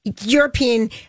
European